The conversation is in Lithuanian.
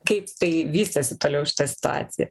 kaip tai vystėsi toliau šita situacija